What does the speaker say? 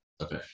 Okay